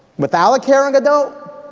without a caring adult,